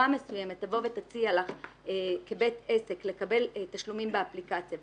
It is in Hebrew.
תבוא ותציע לו לקבל תשלומים באפליקציה,